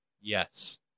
Yes